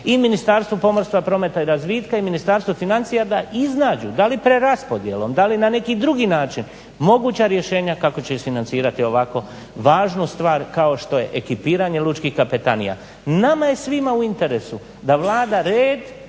i Ministarstvu pomorstva, prometa i razvitka i Ministarstvu financija da iznađu da li preraspodjelom, da li na neki drugi način moguća rješenja kako će isfinancirati ovako važnu stvar kao što je ekipiranje lučkih kapetanija. Nama je svima u interesu da vlada red